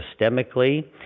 systemically